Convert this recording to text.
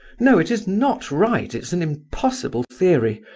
no, it is not right, it's an impossible theory.